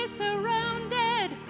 surrounded